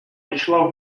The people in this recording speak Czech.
vyšla